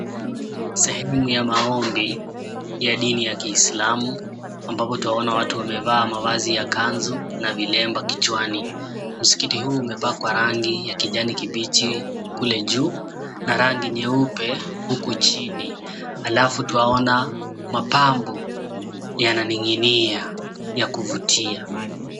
Sehemu ni ya maombi ya dini ya Kiislamu ambapo utaona watu wamevaa mavazi ya kanzu na vilemba kichwani. Msikiti huu umepakwa rangi ya kijani kibichi kule juu na rangi nyeupe huku chini, halafu twaona mapambo yananing'inia ya kuvutia.